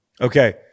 Okay